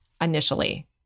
initially